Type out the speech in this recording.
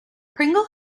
pringle